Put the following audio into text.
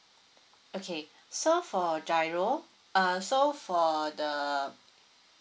okay so for giro uh so for the